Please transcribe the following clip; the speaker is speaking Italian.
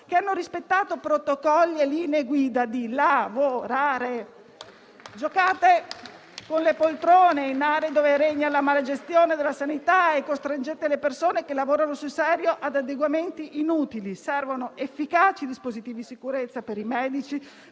che hanno rispettato protocolli e linee guida di lavorare. Giocate con le poltrone in aree dove regna la malagestione della sanità e costringete le persone che lavorano sul serio ad adeguamenti inutili. Servono efficaci dispositivi sicurezza per i medici,